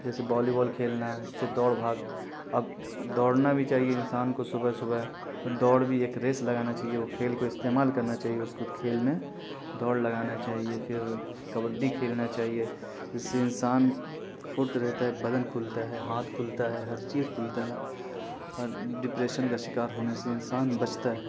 جیسے volleyball کھیلنا ہے اس سے دوڑ بھاگ اب دوڑنا بھی چاہیے انسان کو صبح صبح دوڑ بھی ایک ریس لگانا چاہیے وہ کھیل کو استعمال کرنا چاہیے اس کو کھیل میں دوڑ لگانا چاہیے پھر کبڈی کھیلنا چاہیے اس سے انسان پھرت رہتا ہے بدن کھلتا ہے ہاتھ کھلتا ہے ہر چیز کھلتا ہے اور ڈپریشن کا شکار ہونے سے انسان بچتا ہے